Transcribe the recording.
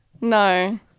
no